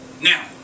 Now